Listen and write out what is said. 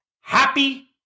happy